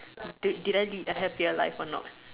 did did I lead a happier life or not